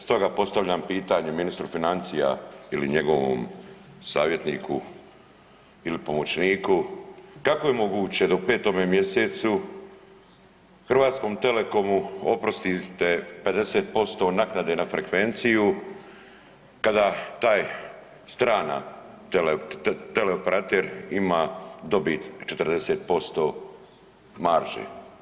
Stoga postavljam pitanje ministru financija ili njegovom savjetniku ili pomoćniku, kako je moguće da u 5. mjesecu Hrvatskom telekomu oprostite 50% naknade na frekvenciju kada taj strani teleoperater ima dobit 40% marže?